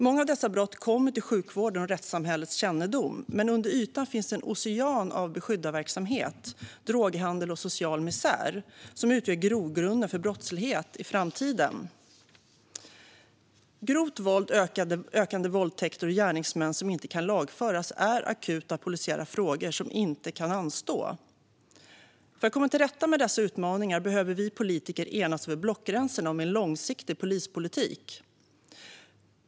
Många av dessa brott kommer till sjukvårdens och rättssamhällets kännedom, men under ytan finns en ocean av beskyddarverksamhet, droghandel och social misär, som utgör grogrunden för brottslighet i framtiden. Grovt våld, ökande våldtäkter och gärningsmän som inte kan lagföras är akuta polisiära frågor som inte kan anstå. För att komma till rätta med dessa utmaningar behöver vi politiker enas över blockgränserna om en långsiktig polispolitik.